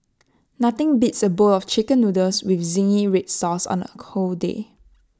nothing beats A bowl of Chicken Noodles with Zingy Red Sauce on A cold day